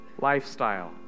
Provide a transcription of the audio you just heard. lifestyle